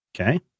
okay